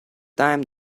time